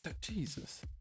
Jesus